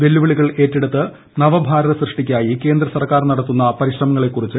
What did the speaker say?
വെല്ലുവിളികൾ ഏറ്റെടുത്ത് നവഭാരത സൃഷ്ടിക്കായി കേന്ദ്രസർക്കാർ നടത്തുന്ന പരിശ്രമങ്ങളെക്കുറിച്ച്